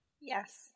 yes